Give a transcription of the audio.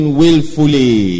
willfully